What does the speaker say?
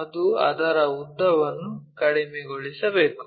ಅದು ಅದರ ಉದ್ದವನ್ನು ಕಡಿಮೆಗೊಳಿಸಬೇಕು